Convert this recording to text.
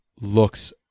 looks